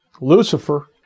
Lucifer